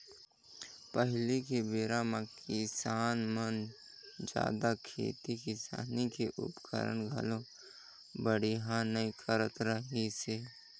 पहिली के बेरा म किसान मन जघा खेती किसानी के उपकरन घलो बड़िहा नइ रहत रहिसे